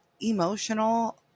emotional